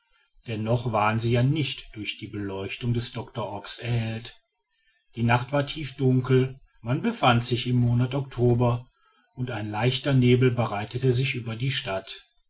noch waren sie ja nicht durch die beleuchtung des doctor ox erhellt die nacht war tiefdunkel man befand sich im monat october und ein leichter nebel breitete sich über die stadt